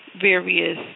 various